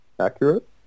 accurate